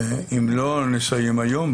אם לא נסיים היום,